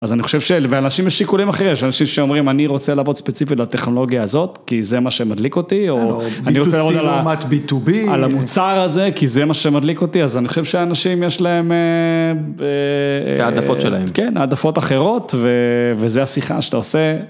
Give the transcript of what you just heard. אז אני חושב ש... לאנשים יש שיקולים אחרים, יש אנשים שאומרים, אני רוצה לעבוד ספציפית בטכנולוגיה הזאת, כי זה מה שמדליק אותי, או אני רוצה לעבוד על המוצר הזה, כי זה מה שמדליק אותי, אז אני חושב שאנשים יש להם... ההעדפות שלהם. כן, העדפות אחרות, וזה השיחה שאתה עושה.